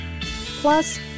Plus